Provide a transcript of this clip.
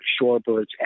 Shorebirds